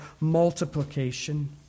multiplication